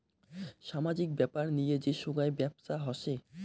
সামাজিক ব্যাপার নিয়ে যে সোগায় ব্যপছা হসে